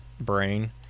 brain